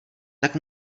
tak